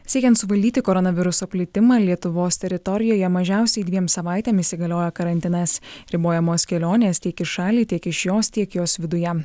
siekiant suvaldyti koronaviruso plitimą lietuvos teritorijoje mažiausiai dviem savaitėm įsigalioja karantinas ribojamos kelionės tiek į šalį tiek iš jos tiek jos viduje